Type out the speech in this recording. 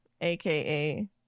aka